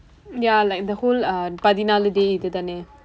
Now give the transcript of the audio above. ya like the whole uh பதினாலு:pathinaalu day இதுதானே:ithuthaanee lah